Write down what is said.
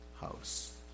house